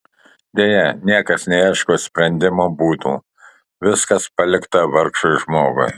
deja niekas neieško sprendimo būdų viskas palikta vargšui žmogui